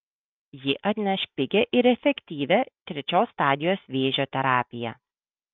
ji atneš pigią ir efektyvią trečios stadijos vėžio terapiją